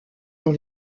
dans